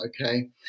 Okay